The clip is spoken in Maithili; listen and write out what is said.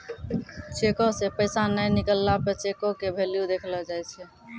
चेको से पैसा नै निकलला पे चेको के भेल्यू देखलो जाय छै